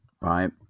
right